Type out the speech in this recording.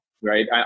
right